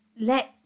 let